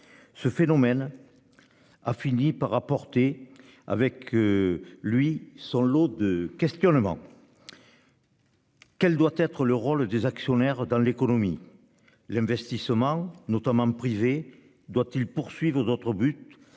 Ce phénomène. A fini par apporter avec. Lui son lot de questionnements. Quel doit être le rôle des actionnaires dans l'économie. L'investissement notamment privé doit-il poursuivent au d'autre but